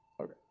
Okay